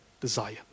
desire